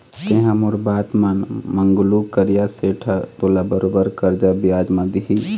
तेंहा मोर बात मान मंगलू करिया सेठ ह तोला बरोबर करजा बियाज म दिही